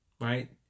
right